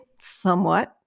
somewhat